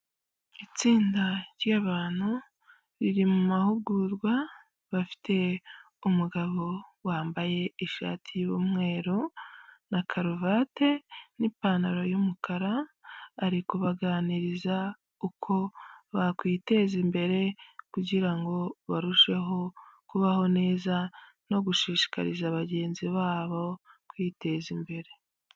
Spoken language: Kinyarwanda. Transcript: Itsinda ry'abantu riri mu mahugurwa, bafite umugabo wambaye ishati y'umweru na karuvate n'ipantaro y'umukara, ari kubaganiriza uko bakwiteza imbere kugira ngo barusheho kubaho neza no gushishikariza bagenzi babo kwiteza imbere.